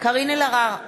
קארין אלהרר,